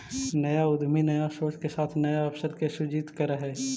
नया उद्यमी नया सोच के साथ नया अवसर के सृजित करऽ हई